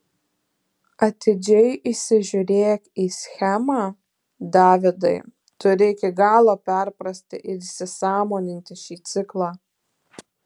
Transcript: atidžiai įsižiūrėk į schemą davidai turi iki galo perprasti ir įsisąmoninti šį ciklą